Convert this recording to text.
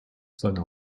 seine